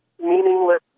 meaningless